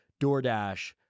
DoorDash